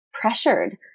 pressured